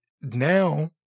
now